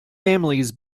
families